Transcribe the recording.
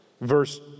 Verse